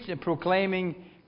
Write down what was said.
proclaiming